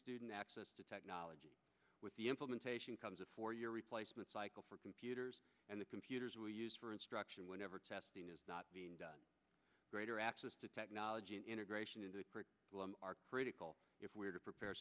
student access to technology with the implementation comes a four year replacement cycle for computers and the computers we use for instruction whenever testing is not greater access to technology and integration into our critical if we are to prepare